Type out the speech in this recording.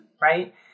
right